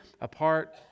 apart